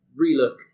relook